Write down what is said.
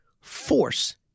force